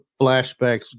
flashbacks